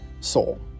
soul